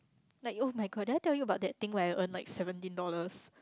like oh-my-god did I tell you about that thing where I earn like seventeen dollars